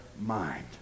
mind